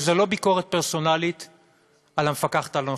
וזו לא ביקורת פרסונלית על המפקחת הנוכחית,